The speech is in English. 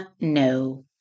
no